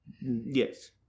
Yes